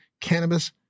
Cannabis